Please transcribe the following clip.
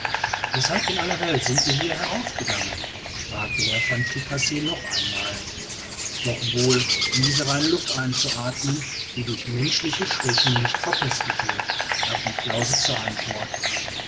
weshalb in aller welt sind wir hier heraufgegangen fragte herr van tricasse noch ein mal doch wohl um diese reine luft einzuathmen die durch menschliche schwächen nicht verpestet wird gab niklausse zur antwort